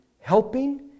helping